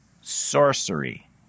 sorcery